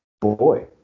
boy